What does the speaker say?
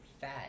fat